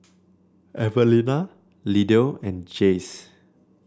Evelina Lydell and Jace